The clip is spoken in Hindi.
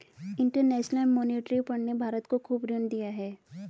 इंटरेनशनल मोनेटरी फण्ड ने भारत को खूब ऋण दिया है